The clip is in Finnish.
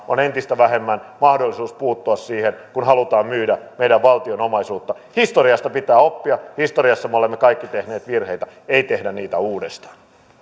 on entistä vähemmän mahdollisuus puuttua siihen kun halutaan myydä meidän valtion omaisuutta historiasta pitää oppia historiassa me olemme kaikki tehneet virheitä ei tehdä niitä uudestaan